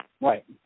Right